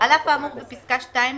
על אף האמור בפסקה (2),